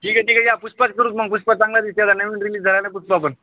ठीक आहे ठीक या पुष्पाच करू मग पुष्पा चांगला दिसेन नवीन रिलीज झालाय पुष्पा कट